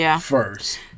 first